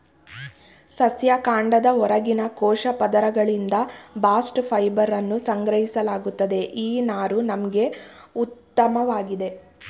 ಸಸ್ಯ ಕಾಂಡದ ಹೊರಗಿನ ಕೋಶ ಪದರಗಳಿಂದ ಬಾಸ್ಟ್ ಫೈಬರನ್ನು ಸಂಗ್ರಹಿಸಲಾಗುತ್ತದೆ ಈ ನಾರು ನಮ್ಗೆ ಉತ್ಮವಾಗಿದೆ